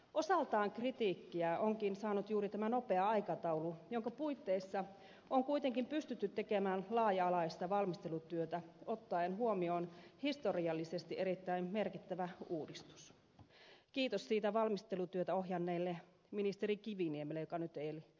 osaltaan kritiikkiä onkin saanut juuri tämä nopea aikataulu jonka puitteissa on kuitenkin pystytty tekemään laaja alaista valmistelutyötä ottaen huomioon historiallisesti erittäin merkittävä uudistus kiitos siitä valmistelutyötä ohjanneelle ministeri kiviniemelle joka nyt ei ole paikalla